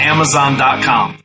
Amazon.com